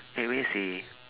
I will say